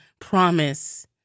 promise